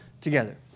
together